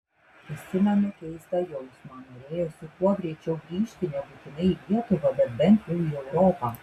prisimenu keistą jausmą norėjosi kuo greičiau grįžti nebūtinai į lietuvą bet bent jau į europą